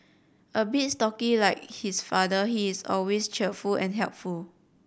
a bit stocky like his father he is always cheerful and helpful